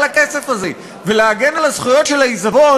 הכסף הזה ולהגן על הזכויות של העיזבון,